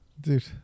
Dude